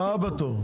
את הבאה בתור.